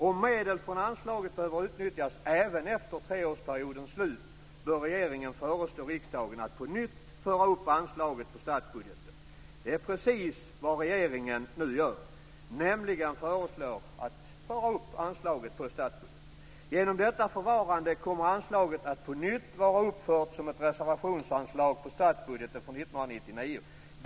Om medel från anslaget behöver utnyttjas även efter treårsperiodens slut, bör regeringen föreslå riksdagen att på nytt föra upp anslaget på statsbudgeten. Det är precis vad regeringen nu gör, nämligen föreslår att anslaget förs upp på statsbudgeten. Genom detta förfarande kommer anslaget att på nytt vara uppfört som ett reservationsanslag på statsbudgeten för 1999.